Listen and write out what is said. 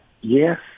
Yes